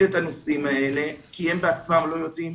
את הנושאים האלה כי הם בעצמם לא יודעים,